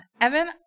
Evan